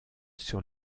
sur